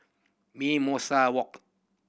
Mimosa Walk